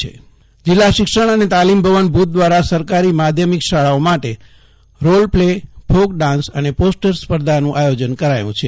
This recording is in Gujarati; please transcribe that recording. જગદીશ વૈશ્નવ શાખાઓ માટે સ્પર્ધા જિલ્લા શિક્ષણ અને તાલીમ ભવન ભુજ દ્વારા સરકારી માધ્યમિક શાળાઓ માટે રોલ પ્લે ફોક ડાન્સ અને પોસ્ટર સ્પર્ધા યોજવાનું આયોજન કરાયું છે